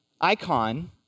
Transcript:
icon